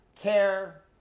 care